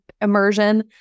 Immersion